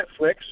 Netflix